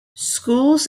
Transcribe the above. schools